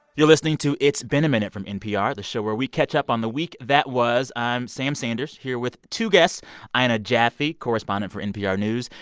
you're listening to it's been a minute from npr, the show where we catch up on the week that was. i'm sam sanders here with two guests ina jaffe, correspondent for npr news,